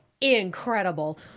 incredible